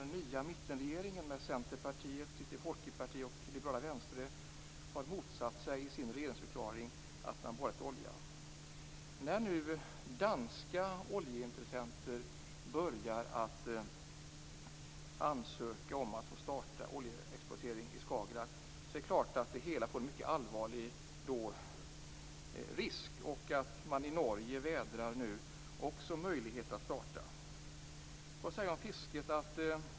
Den nya mittenregeringen däremot med Senterpartiet, Kristelig folkeparti och liberala Venstre har i sin regeringsförklaring motsatt sig borrning efter olja. När nu danska oljeintressenter börjar ansöka om att få starta oljeexploatering i Skagerrak blir det en allvarlig risk. Även i Norge vädrar man nu möjligheter att starta med nämnda verksamhet.